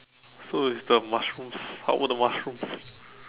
so is the mushrooms how were the mushroom